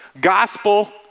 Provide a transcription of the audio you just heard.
Gospel